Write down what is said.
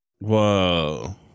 Whoa